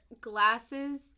glasses